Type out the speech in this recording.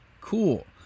Cool